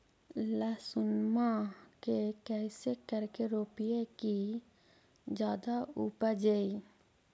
लहसूनमा के कैसे करके रोपीय की जादा उपजई?